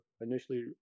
initially